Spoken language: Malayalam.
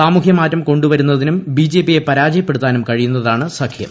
സാമൂഹ്യമാറ്റം കൊ ുവരുന്നതിനും ബിജെപിയെ പരാജയപ്പെടുത്താനും കഴിയുന്നതാണ് സഖ്യം